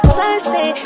Sunset